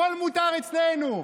הכול מותר אצלנו.